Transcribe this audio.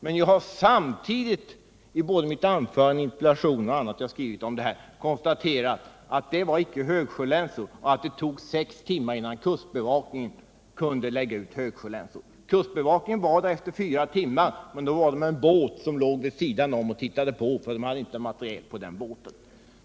Men jag har också både i anföranden och i en interpellation — och även i andra — Nr 110 sammanhang där jag har skrivit om detta — konstaterat att det inte var Onsdagen den högsjölänsor samt att det tog sex timmar innan kustbevakningen kunde lägga 5 april 1978 ut sådana länsor. Kustbevakningen var på platsen efter fyra timmar men tittade då bara på från en båt som låg vid sidan om, eftersom man inte hade någon materiel ombord på den båten.